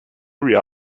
virtual